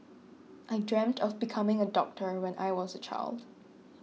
I dreamt of becoming a doctor when I was a child